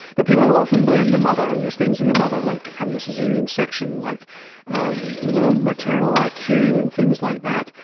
but people have often blamed the mother, and there's things in the mother, like having a caesarean section, like low maternal like iq and things like that.